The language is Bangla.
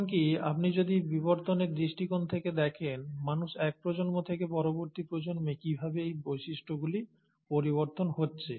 এমনকি আপনি যদি বিবর্তনের দৃষ্টিকোণ থেকে দেখেন মানুষের এক প্রজন্ম থেকে পরবর্তী প্রজন্মে কীভাবে এই বৈশিষ্ট্য পরিবর্তন হচ্ছে